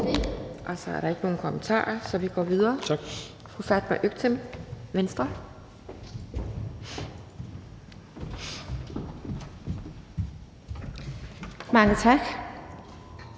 og der er ikke nogen kommentarer, så vi går videre. Fru Fatma Øktem, Venstre. Kl.